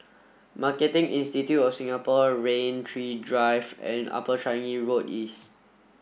Marketing Institute of Singapore Rain Tree Drive and Upper Changi Road East